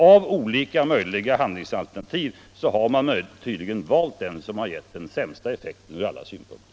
Av olika möjliga handlingsalternativ har man valt det som har gett den sämsta effekten ur alla synpunkter.